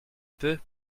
peu